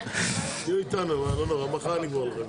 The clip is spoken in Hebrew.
--- לא נורא, מחר נגמור את זה.